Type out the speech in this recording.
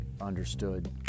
understood